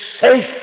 safe